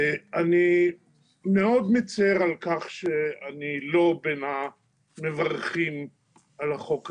אני מאוד מצר על כך שאיני בין המברכים על החוק הזה.